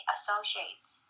Associates